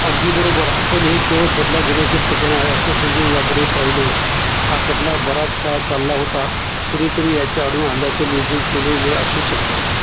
अगदी बरोबर आपण हे केवळ बदला घेण्याचे प्रकरण आहे असं समजून याकडे पाहू नये हा खटला बराच काळ चालला होता कुणीतरी याच्या आडून हल्ल्याचं नियोजन केलेलं असू शकतं